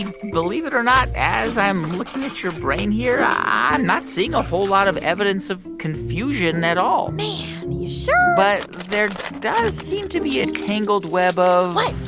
and believe it or not, as i'm looking at your brain here, i'm not seeing a whole lot of evidence of confusion at all man, you sure? but there does seem to be a tangled web of. what?